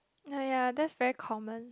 oh ya that's very common